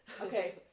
Okay